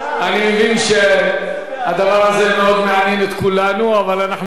אני מבין שהדבר הזה מאוד מעניין את כולנו אבל אנחנו,